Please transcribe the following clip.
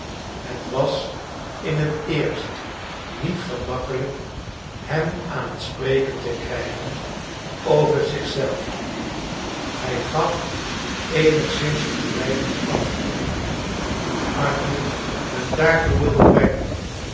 het was in het eerst niet gemakkelijk hem aan het spreken te krijgen over zich zelf hij gaf eenigszins ontwijkende antwoorden toen arthur hem daartoe wilde brengen